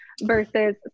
versus